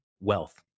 wealth